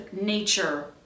nature